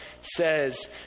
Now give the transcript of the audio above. says